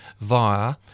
via